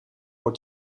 voor